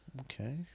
Okay